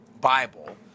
bible